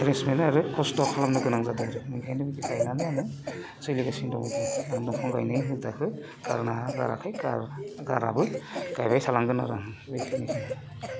rest मोनो आरो खस्थ' खालामनो गोनां जादो आरो ओंखायनो बिदि गायनानै आङो सोलिगासिनो दङ बिदिनो आं दंफां गायनाय हुदाखो गारनो हाया गाराखै गार गाराबो गायबाय थालांगोन आरो आं बेखिनिखो